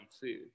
food